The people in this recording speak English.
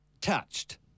touched